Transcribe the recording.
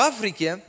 Africa